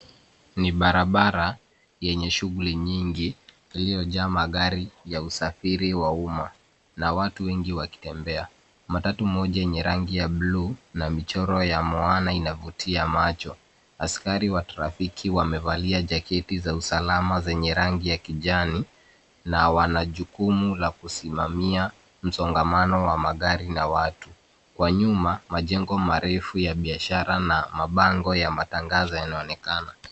Ni barabara yenye shughuli nyingi iliyojaa magari ya usafiri wa umma na watu wengi wakitembea. Matatu mmoja yenye rangi ya blue na michoro ya moana inavutia macho. Askari wa trafiki wamevalia jaketi za usalama zenye rangi ya kijani na wana jukumu la kusimamia msongamano wa magari na watu. Kwa nyuma, majengo marefu ya biashara na mabango ya matangazo yanaonekana.